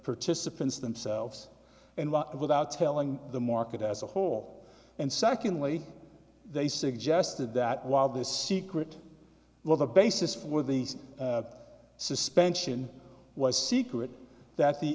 participants themselves and without telling the market as a whole and secondly they suggested that while this secret well the basis for these suspension was secret that the